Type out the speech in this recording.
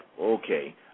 okay